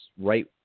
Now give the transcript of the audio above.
right